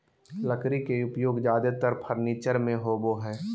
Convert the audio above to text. लकड़ी के उपयोग ज्यादेतर फर्नीचर में होबो हइ